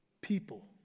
people